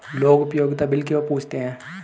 लोग उपयोगिता बिल क्यों पूछते हैं?